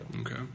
Okay